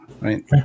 right